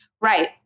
Right